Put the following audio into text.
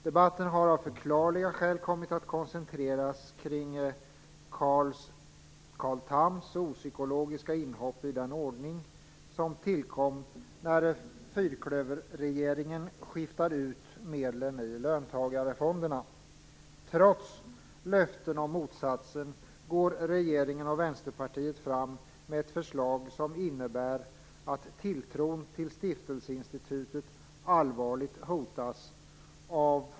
Debatten har av förklarliga skäl kommit att koncentreras kring Carl Thams opsykologiska inhopp i den ordning som tillkom när fyrklöverregeringen skiftade ut medlen i löntagarfonderna. Trots löften om motsatsen går regeringen och Vänsterpartiet fram med ett förslag som innebär att tilltron till stiftelseinstitutet allvarligt hotas.